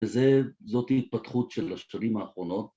‫וזאת ההתפתחות של השנים האחרונות.